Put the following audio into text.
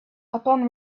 upon